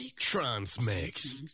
transmix